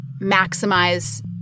maximize